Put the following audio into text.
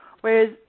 Whereas